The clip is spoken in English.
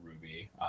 Ruby